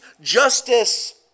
justice